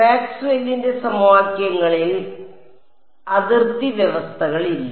മാക്സ്വെല്ലിന്റെ സമവാക്യങ്ങളിൽ അതിർത്തി വ്യവസ്ഥകളില്ല